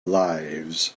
lives